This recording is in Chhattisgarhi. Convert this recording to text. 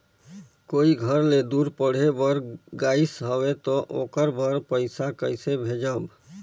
कोई घर ले दूर पढ़े बर गाईस हवे तो ओकर बर पइसा कइसे भेजब?